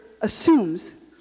assumes